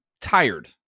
tired